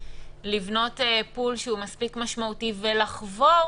לבנות pool שהוא מספיק משמעותי ולחבור